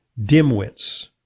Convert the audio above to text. dimwits